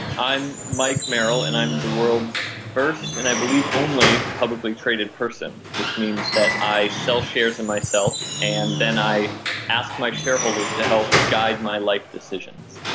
i'm mike merrill, and i'm the world's first and i believe only publicly traded person, which means that i sell shares in myself and then i ask my shareholders to help guide my life decisions.